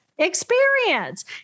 experience